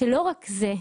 לא רק זה,